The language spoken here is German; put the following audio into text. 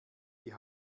die